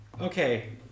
Okay